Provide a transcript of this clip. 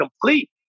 complete